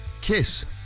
Kiss